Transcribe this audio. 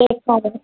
ॾेखारियो